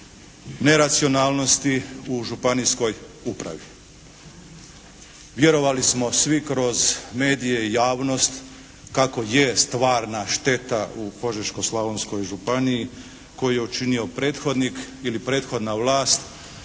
neracionalnosti u županijskoj upravi. Vjerovali smo svi kroz medije i javnost kako je stvarna šteta u Požeško-slavonskoj županiji koju je učinio prethodnik ili prethodna vlast